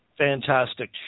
Fantastic